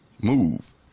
move